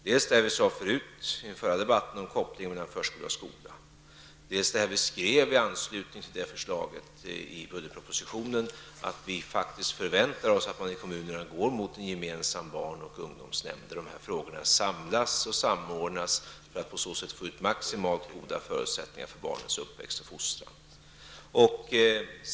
Det gäller dels det som vi sade i den förra debatten om kopplingen mellan förskolan och skolan, dels det som vi har skrivit i budgetpropositionen i anslutning till förslaget, nämligen att vi faktiskt förväntar oss att man i kommunerna går mot en gemensam barn och ungdomsnämnd, där dessa frågor samlas och samordnas för att på så sätt få maximalt goda förutsättningar för barns uppväxt och fostran.